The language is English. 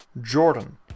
Jordan